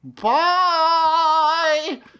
Bye